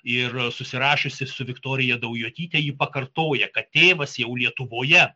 ir susirašiusi su viktorija daujotyte ji pakartoja kad tėvas jau lietuvoje